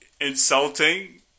insulting